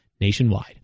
nationwide